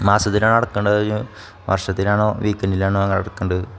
മാസത്തിലാണോ അടക്കേണ്ടത് വർഷത്തിലാണോ വീക്ക് എൻ്റിലാണോ അത് അടക്കേണ്ടത്